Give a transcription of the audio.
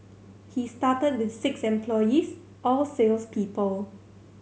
he started with six employees all sales people